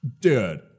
Dude